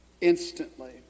instantly